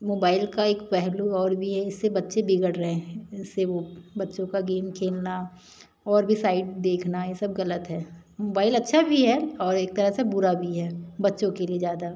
mobile का एक पहलू और भी है इससे बच्चे बिगड़ रहे हैं इससे वह बच्चों का गेम खेलना और भी साइट देखना यह सब गलत है मोबाइल अच्छा भी है और एक तरह से बुरा भी है बच्चों के लिए ज़्यादा